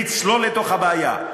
לצלול לתוך הבעיה,